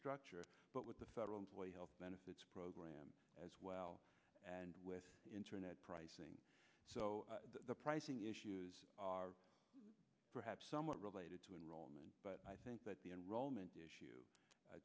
structure but with the federal employee health benefits program as well and with internet pricing so the pricing issues are perhaps somewhat related to enrollment but i think that the enrollment issue